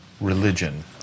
religion